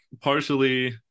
partially